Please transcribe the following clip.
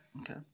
Okay